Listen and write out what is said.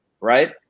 right